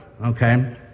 okay